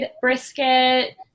brisket